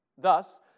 Thus